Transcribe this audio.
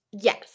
Yes